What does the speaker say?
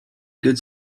good